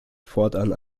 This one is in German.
fortan